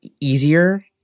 easier